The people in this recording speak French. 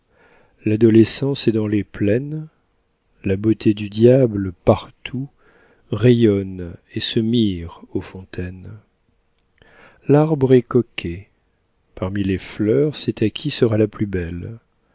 l'adolescence est dans les plaines la beauté du diable partout rayonne et se mire aux fontaines l'arbre est coquet parmi les fleurs c'est à qui sera la plus belle